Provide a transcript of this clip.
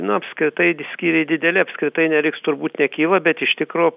nu apskritai skyriai dideli apskritai neliks turbūt nekyla bet iš tikro